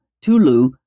Tulu